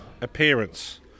appearance